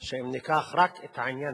שאם ניקח רק את העניין הזה,